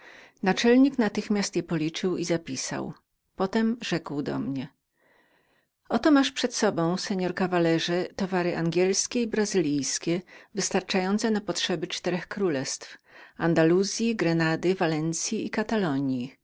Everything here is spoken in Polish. naczelnik natychmiast policzył je zapisał i rzekł do mnie oto masz pan przed sobą towary angielskie i brazylijskie wystarczające na potrzebę czterech królestw andaluzyi grenady walencyi i katalonji